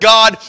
God